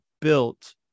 built